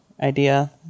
idea